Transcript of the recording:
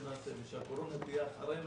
והקורונה תהיה מאחורינו,